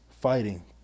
fighting